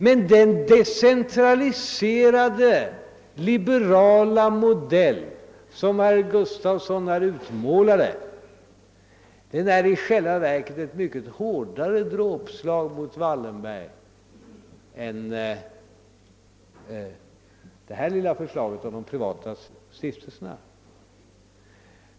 Men den decentraliserade liberala modell som herr Gustafson i Göteborg här utmålade är i själva verket ett mycket hårdare dråpslag mot Wallenberg än förslaget beträffande de privata stiftelserna.